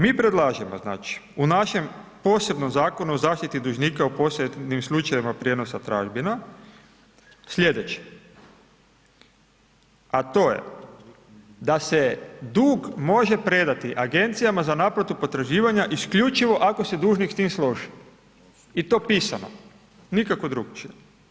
Mi predlažemo znači u našem posebnom Zakonu o zaštiti dužnika u posebnim slučajevima prijenosa tražbina sljedeće a to je da se dug može predati agencijama za naplatu potraživanja isključivo ako se dužnik s time složi i to pisano, nikako drukčije.